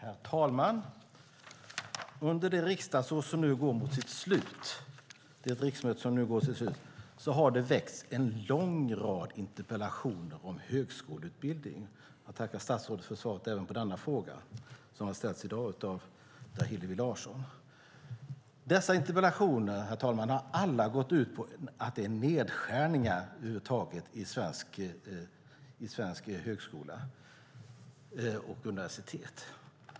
Herr talman! Under det riksmöte som nu går mot sitt slut har det väckts en lång rad interpellationer om högskoleutbildningen. Jag tackar statsrådet för svaret även på denna interpellation, som har ställts av Hillevi Larsson. Dessa interpellationer, herr talman, har alla gått ut på att det är nedskärningar över huvud taget på svenska högskolor och universitet.